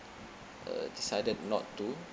uh decided not to